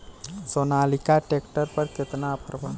Sonalika tractor पर केतना offer बा?